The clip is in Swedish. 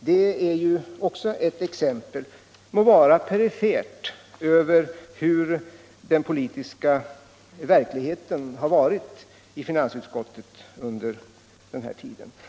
Det är också ett exempel —- må vara perifert — på hurdan den politiska verkligheten har varit i finansutskottet under den här tiden.